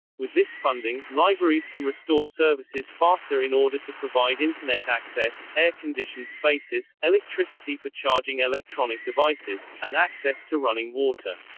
with this funding, libraries can restore services faster in order to provide internet access, air conditioned spaces, electricity for charging electronic devices, and access to running water.